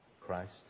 Christ